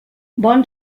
bon